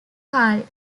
carl